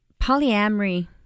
polyamory